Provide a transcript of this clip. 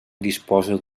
disposa